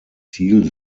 ziel